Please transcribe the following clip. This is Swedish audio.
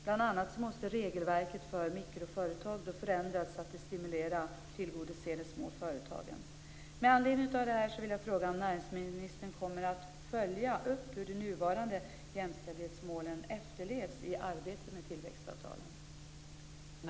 Bl.a. måste regelverket för mikroföretag förändras så att det stimulerar och tillgodoser de små företagen.